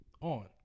on